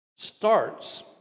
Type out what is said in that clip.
starts